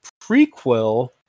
prequel